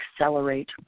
accelerate